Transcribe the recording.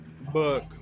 book